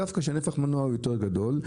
דווקא כשנפח המנוע הוא יותר גדול,